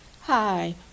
hi